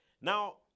Now